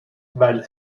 weil